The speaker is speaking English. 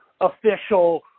official